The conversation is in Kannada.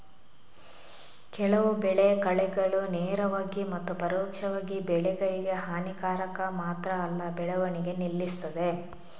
ಕೆಲವು ಬೆಳೆ ಕಳೆಗಳು ನೇರವಾಗಿ ಮತ್ತು ಪರೋಕ್ಷವಾಗಿ ಬೆಳೆಗಳಿಗೆ ಹಾನಿಕಾರಕ ಮಾತ್ರ ಅಲ್ಲ ಬೆಳವಣಿಗೆ ನಿಲ್ಲಿಸ್ತದೆ